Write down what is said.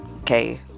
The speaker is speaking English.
Okay